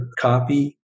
copy